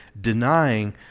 denying